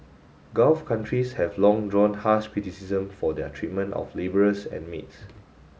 Gulf countries have long drawn harsh criticism for their treatment of labourers and maids